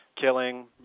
killing